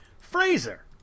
Fraser